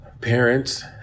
parents